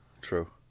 True